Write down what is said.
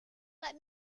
let